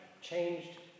changed